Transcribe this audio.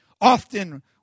Often